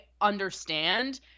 understand